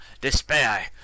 despair